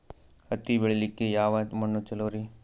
ಹತ್ತಿ ಬೆಳಿಲಿಕ್ಕೆ ಯಾವ ಮಣ್ಣು ಚಲೋರಿ?